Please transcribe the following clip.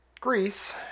Greece